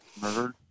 Murdered